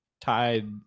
tied